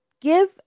give